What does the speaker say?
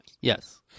Yes